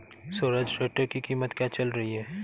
Swaraj tractor की कीमत क्या चल रही है?